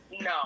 no